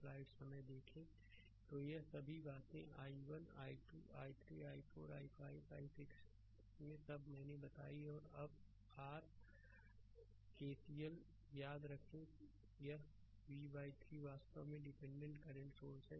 slide समय देखें 1156 तो ये सभी बातें i1 i 2 i3 i4 i5 i6 सब मैंने बताई हैं और अब आर केसीएल याद रखें यह v 3 वास्तव में डिपेंडेंटdepende करंट सोर्स है